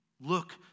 Look